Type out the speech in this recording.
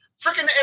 freaking